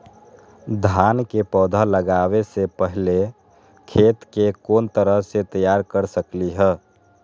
धान के पौधा लगाबे से पहिले खेत के कोन तरह से तैयार कर सकली ह?